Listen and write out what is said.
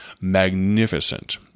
magnificent